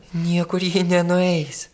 niekur ji nenueis